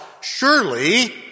surely